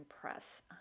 Press